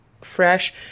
fresh